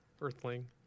Earthling